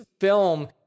film